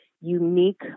unique